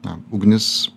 na ugnis